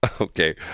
Okay